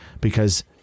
because-